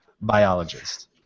biologist